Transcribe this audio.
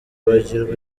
bagirwa